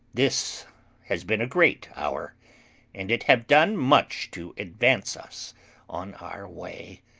this has been a great hour and it have done much to advance us on our way.